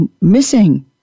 missing